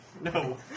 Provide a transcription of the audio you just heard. No